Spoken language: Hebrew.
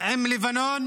עם לבנון